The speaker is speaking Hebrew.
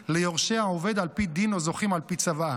ליורשי העובד על פי דין או זוכים על פי צוואה.